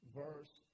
verse